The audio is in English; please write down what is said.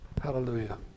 Hallelujah